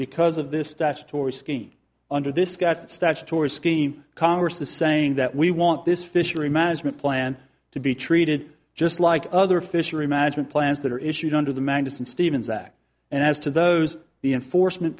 because of this statutory scheme under this scotus statutory scheme congress is saying that we want this fishery management plan to be treated just like other fishery management plans that are issued under the magnuson stevens act and as to those the enforcement